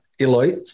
Eloy